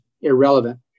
irrelevant